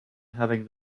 having